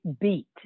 beat